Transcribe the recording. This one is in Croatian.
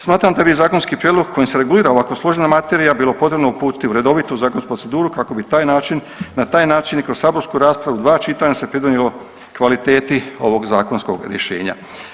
Smatram da bi zakonski prijedlog kojim se regulira ovako složena materija bilo potrebno uputiti u redovitu zakonsku proceduru kako bi na taj način i kroz saborsku raspravu u dva čitanja se pridonijelo kvaliteti ovog zakonskog rješenja.